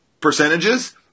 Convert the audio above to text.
percentages